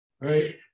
right